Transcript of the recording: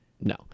No